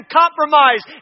compromise